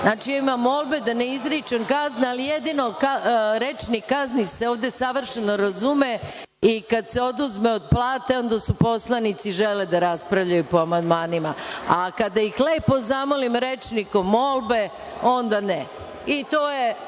imam molbe da ne izričem kazne, ali jedino rečnik kazni se ovde savršeno razume i kad se oduzme od plate, onda poslanici žele da raspravljaju po amandmanima, a kada ih lepo zamolim, rečnikom molbe, onda ne. I to je